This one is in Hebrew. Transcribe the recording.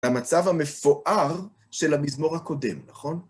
למצב המפואר של המזמור הקודם, נכון?